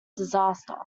disaster